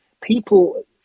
people